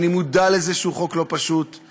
ואני מודע לכך שהחוק הזה לא פשוט,